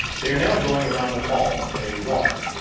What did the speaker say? they are now going around the hall at a walk,